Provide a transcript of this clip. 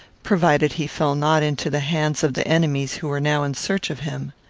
provided he fell not into the hands of the enemies who were now in search of him.